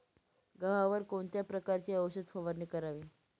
गव्हावर कोणत्या प्रकारची औषध फवारणी करावी?